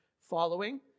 following